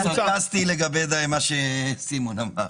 הוא סרקסטי לגבי מה שסימון אמר.